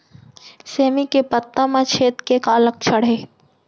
सेमी के पत्ता म छेद के का लक्षण हे?